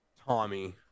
Tommy